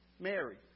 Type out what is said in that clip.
Mary